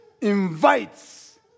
invites